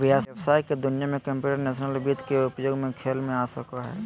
व्हवसाय के दुनिया में कंप्यूटेशनल वित्त के उपयोग खेल में आ सको हइ